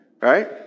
Right